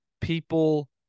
people